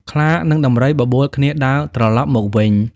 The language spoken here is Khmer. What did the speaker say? ខ្លា និងដំរីបបួលគ្នាដើរត្រឡប់មកវិញ